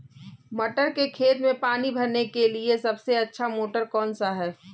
मटर के खेत में पानी भरने के लिए सबसे अच्छा मोटर कौन सा है?